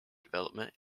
development